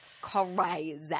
Crazy